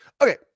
okay